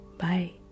bye